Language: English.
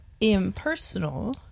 impersonal